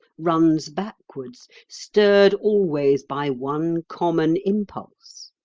runs backwards, stirred always by one common impulse.